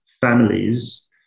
families